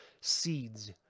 seeds